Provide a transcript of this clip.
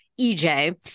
EJ